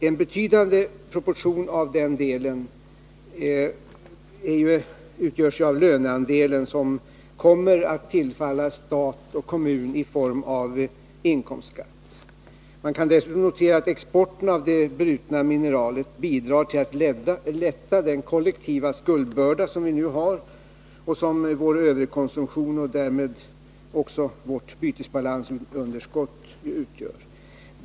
En betydande proportion av den delen utgörs ju av den löneandel som kommer att tillfalla stat och kommun i form av inkomstskatt. Dessutom kan noteras att exporten av det brutna mineralet bidrar till att lätta den kollektiva skuldbörda som utgörs av vår överkonsumtion och därmed också vårt bytesbalansunderskott.